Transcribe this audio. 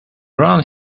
ran